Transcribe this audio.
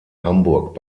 hamburg